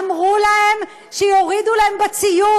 אמרו להם שיורידו להם בציון,